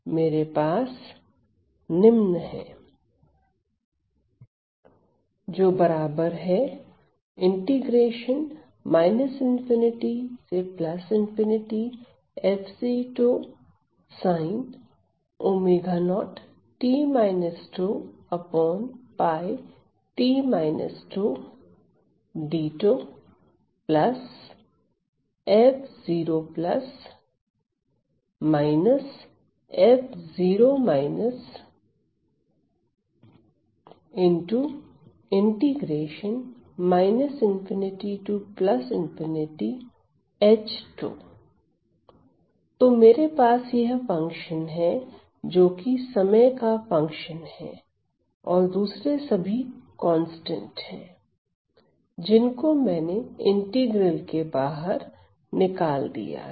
मेरे पास निम्न है तो मेरे पास यह फंक्शन है जो कि समय का फंक्शन है और दूसरे सभी कांस्टेंट है जिनको मैंने इंटीग्रल के बाहर निकाल दिया है